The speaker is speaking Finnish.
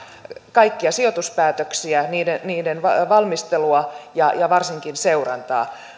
kaikkia sijoituspäätöksiä niiden niiden valmistelua ja ja varsinkin seurantaa